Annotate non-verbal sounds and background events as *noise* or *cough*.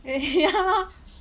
*laughs* ya lor